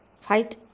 fight